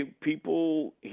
people